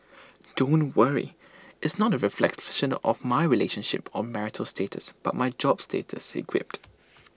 don't worry it's not A reflection of my relationship or marital status but my job status he quipped